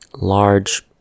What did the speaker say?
large